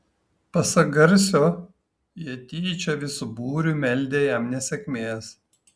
pasak garsio jie tyčia visu būriu meldę jam nesėkmės